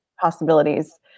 possibilities